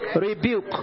rebuke